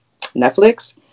Netflix